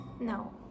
no